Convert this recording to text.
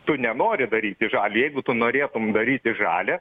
tu nenori daryti jeigu tu norėtum daryti žalią